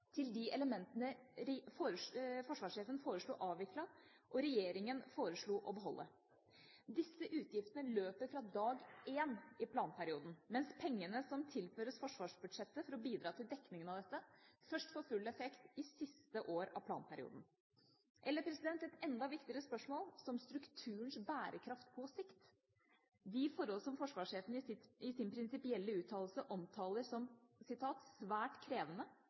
til de elementene forsvarssjefen foreslo avviklet, og regjeringa foreslo å beholde. Disse utgiftene løper fra dag én i planperioden, mens pengene som tilføres forsvarsbudsjettet for å bidra til dekningen av dette, først får full effekt i siste år av planperioden. Et enda viktigere spørsmål er strukturens bærekraft på sikt, de forhold som forsvarssjefen i sin prinsipielle uttalelse omtaler som